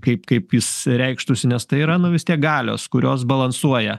kaip kaip jis reikštųsi nes tai yra nu vistiek galios kurios balansuoja